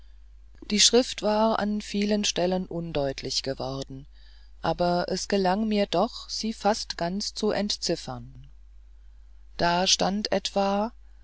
die schrift war an vielen stellen undeutlich geworden aber es gelang mir doch sie fast ganz zu entziffern da stand etwa